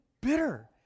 bitter